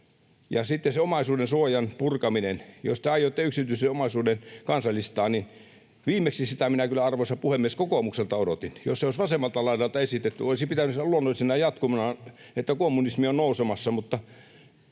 Sitten se omaisuudensuojan purkaminen: Jos te aiotte yksityisen omaisuuden kansallistaa, niin viimeksi sitä minä kyllä, arvoisa puhemies, kokoomukselta odotin. Jos sitä olisi vasemmalta laidalta esitetty, olisin pitänyt sitä luonnollisena jatkumona sille, että kommunismi on nousemassa,